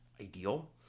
ideal